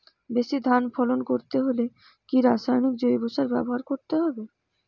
বেশি ধান ফলন করতে হলে কি রাসায়নিক জৈব সার ব্যবহার করতে হবে?